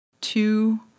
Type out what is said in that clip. two